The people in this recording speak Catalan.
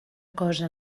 cosa